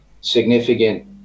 significant